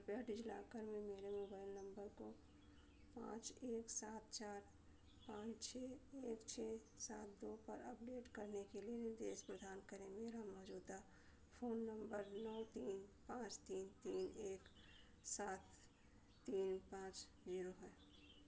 कृपया डिज़िलॉकर में मेरे मोबाइल नम्बर को पाँच एक सात चार पाँच छह एक छह सात दो पर अपडेट करने के लिए निर्देश प्रदान करें मेरा मौजूदा फ़ोन नम्बर नौ तीन पाँच तीन तीन एक सात तीन पाँच ज़ीरो है